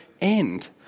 end